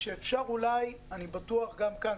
אני בטוח גם כאן,